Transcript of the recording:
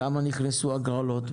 כמה הגרלות נכנסו.